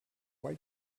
why